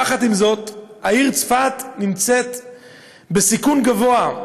יחד עם זאת, העיר צפת נמצאת בסיכון גבוה.